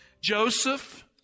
Joseph